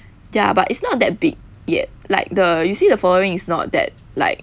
ya but it's not that big yet like the you see the following is not that like